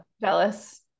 jealous